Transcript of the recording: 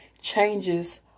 changes